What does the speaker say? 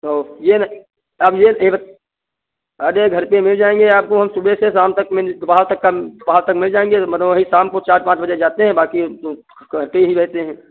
तो ये नइ अब ये अरे घर पर मिल जाएँगे आपको हम सुबह से शाम तक मिल दोपहर तक का दोपहर तक मिल जाएँगे तो मतलब वही शाम को चार पाँच बजे जाते हैं बाकी तो घर पर ही रहते हैं